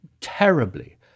terribly